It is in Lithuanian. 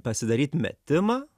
pasidaryt metimą